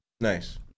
Nice